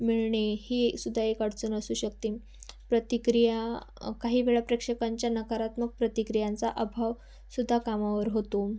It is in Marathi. मिळणे ही सुद्धा एक अडचण असू शकते प्रतिक्रिया काही वेळा प्रेक्षकांच्या नकारात्मक प्रतिक्रियांचा अभाव सुद्धा कामावर होतो